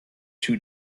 two